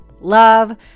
love